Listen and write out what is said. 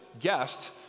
guest